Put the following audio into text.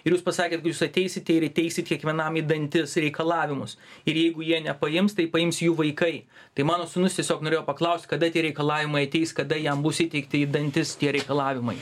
ir jūs pasakėt jūs ateisite ir įteiksit kiekvienam į dantis reikalavimus ir jeigu jie nepaims tai paims jų vaikai tai mano sūnus tiesiog norėjo paklaust kada tie reikalavimai ateis kada jam bus įteikti į dantis tie reikalavimai